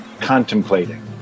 contemplating